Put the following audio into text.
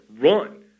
run